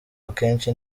akenshi